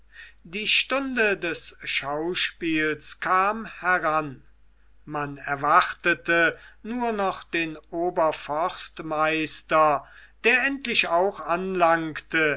die stunde des schauspiels kam heran man erwartete nur noch den oberforstmeister der endlich auch anlangte